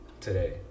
today